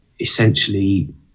essentially